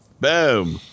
Boom